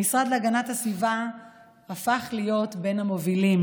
המשרד להגנת הסביבה הפך להיות בין המובילים.